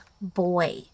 boy